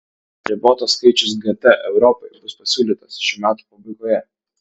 ribotas skaičius gt europai bus pasiūlytas šių metų pabaigoje